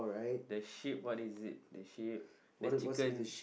the sheep what is it the sheep the chicken